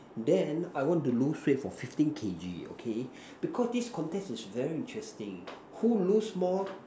then I want to lose weight for fifteen K_G okay this contest is very interesting who lose more